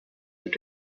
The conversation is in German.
wird